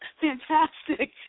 fantastic